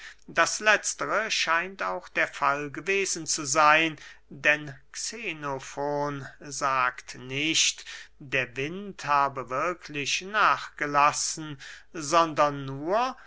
das letztere scheint auch der fall gewesen zu seyn denn xenofon sagt nicht der wind habe wirklich nachgelassen sondern nur